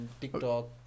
TikTok